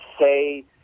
say